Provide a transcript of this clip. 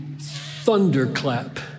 thunderclap